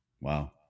Wow